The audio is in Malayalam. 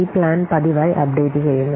ഈ പ്ലാൻ പതിവായി അപ്ഡേറ്റു ചെയ്യുന്നു